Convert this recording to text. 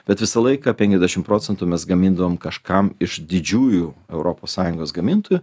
bet visą laiką penkiasdešimt procentų mes gamindavom kažkam iš didžiųjų europos sąjungos gamintojų